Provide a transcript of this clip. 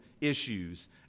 issues